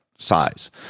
size